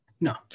No